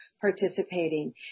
participating